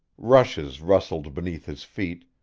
rushes rustled beneath his feet,